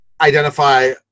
identify